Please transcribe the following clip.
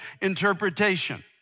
interpretation